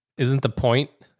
isn't the point.